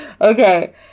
Okay